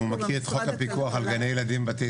אם הוא מכיר את חוק הפיקוח על גני ילדים ובתי